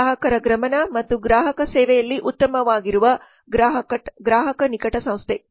ಗ್ರಾಹಕರ ಗಮನ ಮತ್ತು ಗ್ರಾಹಕ ಸೇವೆಯಲ್ಲಿ ಉತ್ತಮವಾಗಿರುವ ಗ್ರಾಹಕ ನಿಕಟ ಸಂಸ್ಥೆ